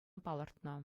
палӑртнӑ